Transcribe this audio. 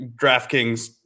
DraftKings